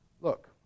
Look